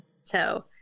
So-